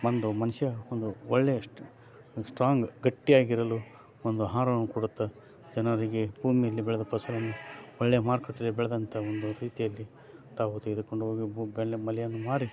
ಮಂದು ಮನುಷ್ಯ ಒಂದು ಒಳ್ಳೆಯ ಸ್ಟ್ ಒಂದು ಸ್ಟ್ರಾಂಗ್ ಗಟ್ಟಿಯಾಗಿರಲು ಒಂದು ಆಹಾರವನ್ನು ಕೊಡುತ್ತಾ ಜನರಿಗೆ ಭೂಮೀಲಿ ಬೆಳೆದ ಫಸಲನ್ನು ಒಳ್ಳೆಯ ಮಾರುಕಟ್ಟೆಯಲ್ಲಿ ಬೆಳೆದಂಥ ಒಂದು ರೀತಿಯಲ್ಲಿ ತಾವು ತೆಗೆದುಕೊಂಡು ಹೋಗಿ ಭೂ ಬೆಲೆ ಬೆಳೆಯನ್ನು ಮಾರಿ